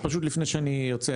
אני, פשוט לפני שאני יוצא.